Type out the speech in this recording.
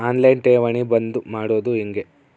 On line ಠೇವಣಿ ಬಂದ್ ಮಾಡೋದು ಹೆಂಗೆ?